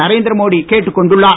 நரேந்திரமோடி கேட்டுக் கொண்டுள்ளார்